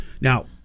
now